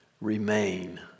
remain